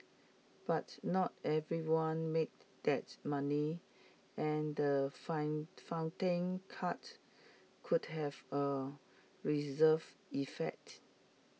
but not everyone made that money and the find funding cut could have A reserve effect